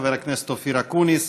חבר הכנסת אופיר אקוניס,